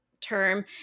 term